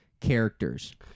characters